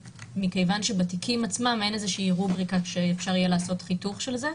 מכיוון שבתיקים עצמם אין איזושהי רובריקה שאפשר יהיה לעשות חיתוך של זה.